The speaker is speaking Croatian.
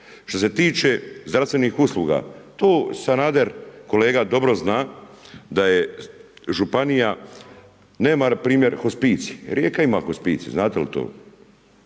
Što se tiče zdravstvenih usluga, to Sanader kolega dobro zna da je županija nema nap. hospicij. Rijeka ima hospicij, znate li to?